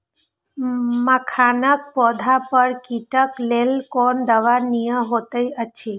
मखानक पौधा पर कीटक लेल कोन दवा निक होयत अछि?